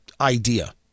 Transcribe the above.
idea